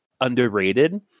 underrated